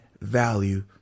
value